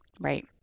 Right